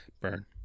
Burn